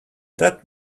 that